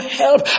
help